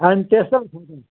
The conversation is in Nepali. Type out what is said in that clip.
अनि त्यस्तो पो छ त